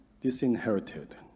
disinherited